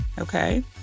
Okay